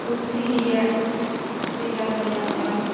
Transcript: ᱠᱩᱠᱞᱤ ᱨᱮᱭᱟᱜ ᱛᱮᱞᱟ ᱦᱚᱸ ᱧᱟᱢᱚᱜᱼᱟ